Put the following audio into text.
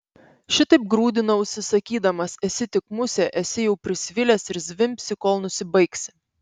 šitaip grūdinausi sakydamas esi tik musė esi jau prisvilęs ir zvimbsi kol nusibaigsi